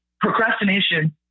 procrastination